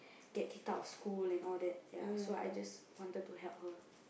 get kicked out of school and all that ya so I just wanted to help her